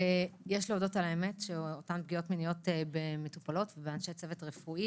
יש להודות על האמת שאותן פגיעות מיניות מטופלות ואנשי צוות רפואי.